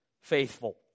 faithful